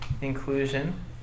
inclusion